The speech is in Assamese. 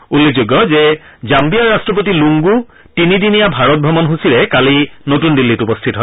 উল্লেখযোগ্য যে জাম্বিয়াৰ ৰাট্টপতি লুংগু তিনিদিনীয়া ভাৰত ভ্ৰমণসূচীৰে কালি নতুন দিল্লীত উপস্থিত হয়